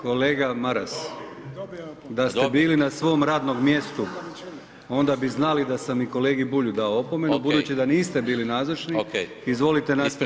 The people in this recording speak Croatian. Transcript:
Kolega Maras, da ste bili na svom radnom mjestu onda bi znali da sam i kolegi Bulju dao opomenu, budući da niste bili nazočni, izvolite nastaviti.